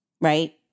Right